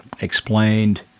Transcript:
explained